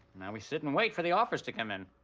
now we sit and wait for the offers to come in.